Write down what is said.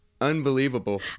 Unbelievable